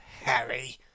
Harry